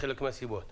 חלק מהסיבות.